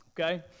Okay